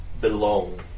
belong